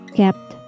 kept